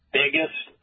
biggest